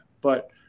But-